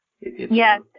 Yes